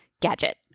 gadget